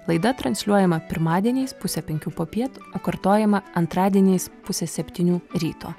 laida transliuojama pirmadieniais pusę penkių popiet o kartojama antradieniais pusę septynių ryto